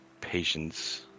patience